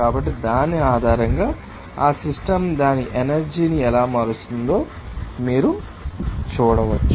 కాబట్టి దాని ఆధారంగా ఆ సిస్టమ్ దాని ఎనర్జీ ని ఎలా మారుస్తుందో మీరు చూడవచ్చు